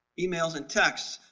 emails and texts.